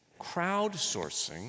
crowdsourcing